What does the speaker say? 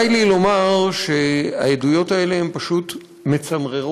די לי לומר שהעדויות האלה הן פשוט מצמררות,